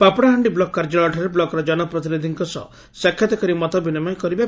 Papadahandi block କାର୍ଯ୍ୟାଳୟ ଠାରେ ବ୍ଲକ୍ର ଜନ ପ୍ରତିନିଧିଙ୍କ ସହ ସାକ୍ଷାତ କରି ମତ ବିନିମୟ କରିବେ